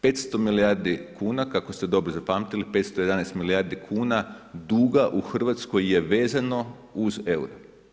500 milijardi kuna, kako ste dobro zapamtili, 511 milijardi kuna duga u RH je vezano uz euro.